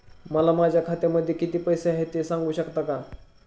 मला माझ्या खात्यामध्ये किती पैसे आहेत ते सांगू शकता का?